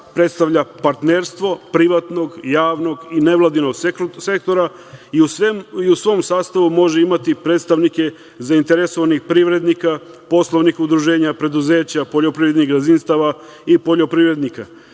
predstavlja partnerstvo privatnog, javnog i nevladinog sektora i u svom sastavu može imati predstavnike zainteresovanih privrednika, poslovnih udruženja, preduzeća, poljoprivrednih gazdinstava i poljoprivrednika,